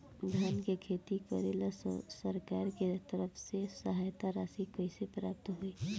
धान के खेती करेला सरकार के तरफ से सहायता राशि कइसे प्राप्त होइ?